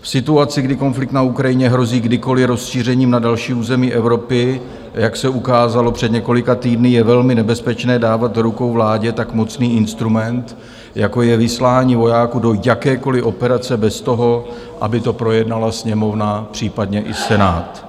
V situaci, kdy konflikt na Ukrajině hrozí kdykoli rozšířením na další území Evropy, jak se ukázalo před několika týdny, je velmi nebezpečné dávat do rukou vládě tak mocný instrument, jako je vyslání vojáků do jaké operace bez toho, aby to projednala Sněmovna, případně i Senát.